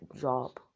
job